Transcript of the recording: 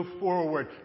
forward